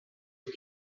can